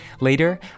Later